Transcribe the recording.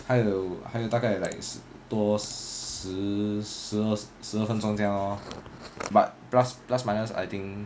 还有还有大概 like 多十十十二分钟这样 lor but plus plus minus I think